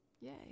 Yay